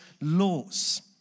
laws